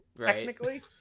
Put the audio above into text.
technically